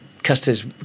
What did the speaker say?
customers